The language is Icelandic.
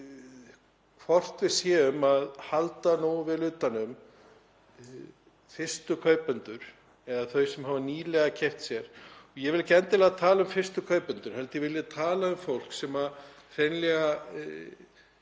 sem er hvort við séum að halda nógu vel utan um fyrstu kaupendur eða þau sem hafa nýlega keypt sér. Ég vil ekki endilega tala um fyrstu kaupendur heldur vil ég tala um fólk sem hreinlega,